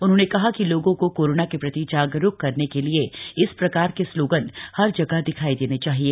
उन्होंने कहा कि लोगों को कोरोना के प्रति जागरूक करने के लिए इस प्रकार के स्लोगन हर जगह दिखाई देने चाहिए